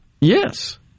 Yes